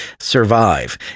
survive